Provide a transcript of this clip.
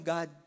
God